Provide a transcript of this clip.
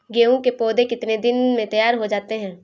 गेहूँ के पौधे कितने दिन में तैयार हो जाते हैं?